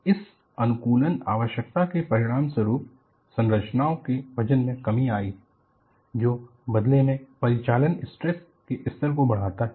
और इस अनुकूलन आवश्यकता के परिणामस्वरूप संरचनाओं के वजन में कमी आई है जो बदले में प्रचालक स्ट्रेस के स्तर को बढ़ाता है